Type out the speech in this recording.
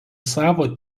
savo